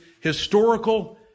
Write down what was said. historical